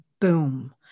Boom